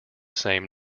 same